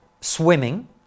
swimming